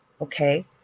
okay